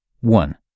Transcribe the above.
One